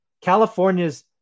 California's